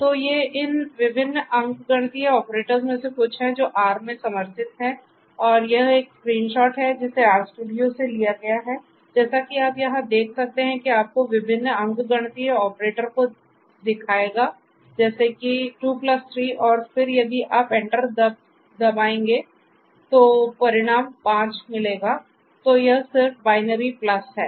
तो ये इन विभिन्न अंकगणितीय ऑपरेटर्स में से कुछ हैं जो R में समर्थित हैं और यह एक स्क्रीन शॉट है जिसे RStudio से लिया गया है जैसा कि आप यहाँ देख सकते हैं यह आपको विभिन्न अंकगणितीय ऑपरेटर को दिखाएगा जैसे कि 23 और फिर यदि आप Enter दब आएंगे तो परिणाम 5 मिलेगा तो यह सिर्फ बाइनरी है